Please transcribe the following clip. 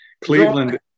Cleveland